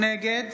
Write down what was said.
נגד